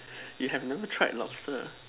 you have never tried lobster